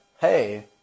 hey